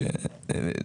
שנים.